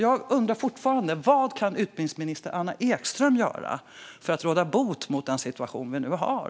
Jag undrar fortfarande: Vad kan utbildningsminister Anna Ekström göra för att råda bot på den situation vi nu har?